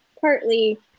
partly